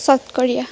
south Korea